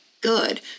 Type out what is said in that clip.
good